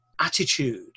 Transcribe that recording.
attitude